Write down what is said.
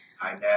Hi